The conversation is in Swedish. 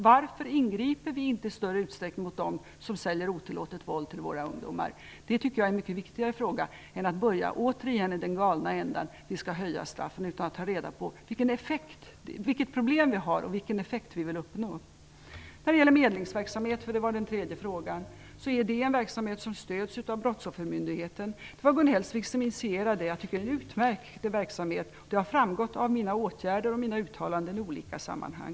Varför ingriper vi inte i större utsträckning mot dem som säljer otillåtet våld till våra ungdomar? Det tycker jag är en mycket viktigare fråga än att återigen börja i den galna ändan att höja straffen utan att ta reda på vilket problem vi har och vilken effekt vi vill uppnå. Den tredje frågan handlade om medlingsverksamhet. Det är en verksamhet som stöds av brottsoffermyndigheten. Det var Gun Hellsvik som initierade den. Jag tycker att det är en utmärkt verksamhet, vilket har framgått av mina uttalanden och åtgärder i olika sammanhang.